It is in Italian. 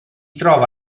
trova